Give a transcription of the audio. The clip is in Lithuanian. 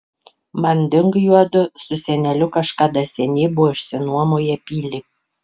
manding juodu su seneliu kažkada seniai buvo išsinuomoję pilį